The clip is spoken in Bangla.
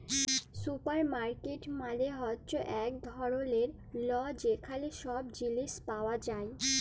সুপারমার্কেট মালে হ্যচ্যে এক ধরলের ল যেখালে সব জিলিস পাওয়া যায়